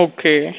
Okay